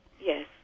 Yes